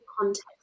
context